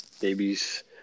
babies